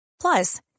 Plus